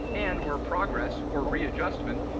and where progress, or readjustment,